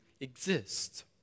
exist